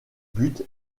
buts